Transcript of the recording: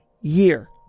Year